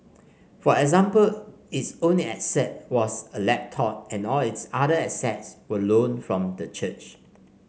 for example its only asset was a laptop and all its other assets were loaned from the church